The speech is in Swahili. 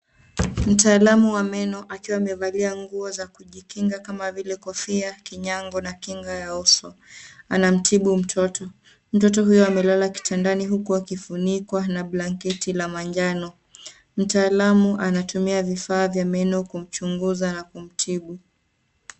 Mtaalamu wa meno akiwa amevalia nguo za kujikinga kama vile kofia, kinyango na kinga ya uso, anamtibu mtoto. Mtoto huyu amelala kitandani huku akifunikwa na blanketi la manjano. Mtaalamu anatumia vifaa vya meno kumchunguza na kumtibu.